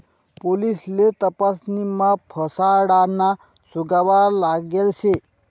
पोलिससले तपासणीमा फसाडाना सुगावा लागेल शे